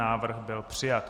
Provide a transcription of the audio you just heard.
Návrh byl přijat.